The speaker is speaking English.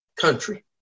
Country